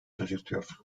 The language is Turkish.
şaşırtıyor